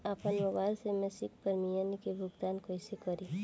आपन मोबाइल से मसिक प्रिमियम के भुगतान कइसे करि?